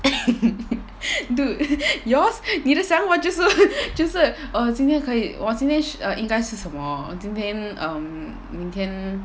dude yours 你的想法就是就是 err 今天可以我今天应该吃什么今天 um 明天